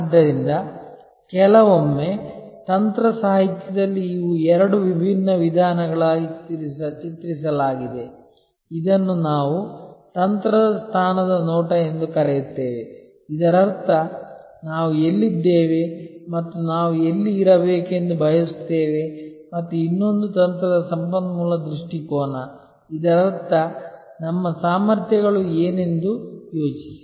ಆದ್ದರಿಂದ ಕೆಲವೊಮ್ಮೆ ತಂತ್ರ ಸಾಹಿತ್ಯದಲ್ಲಿ ಇವು ಎರಡು ವಿಭಿನ್ನ ವಿಧಾನಗಳಾಗಿ ಚಿತ್ರಿಸಲಾಗಿದೆ ಇದನ್ನು ನಾವು ತಂತ್ರದ ಸ್ಥಾನದ ನೋಟ ಎಂದು ಕರೆಯುತ್ತೇವೆ ಇದರರ್ಥ ನಾವು ಎಲ್ಲಿದ್ದೇವೆ ಮತ್ತು ನಾವು ಎಲ್ಲಿ ಇರಬೇಕೆಂದು ಬಯಸುತ್ತೇವೆ ಮತ್ತು ಇನ್ನೊಂದು ತಂತ್ರದ ಸಂಪನ್ಮೂಲ ದೃಷ್ಟಿಕೋನ ಇದರರ್ಥ ನಮ್ಮ ಸಾಮರ್ಥ್ಯಗಳು ಏನೆಂದು ಯೋಚಿಸಿ